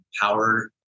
power